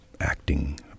acting